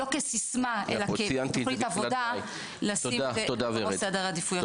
לא כסיסמא אלא כתוכנית עבודה לשים בראש סדר העדיפויות.